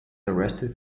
arrested